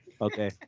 Okay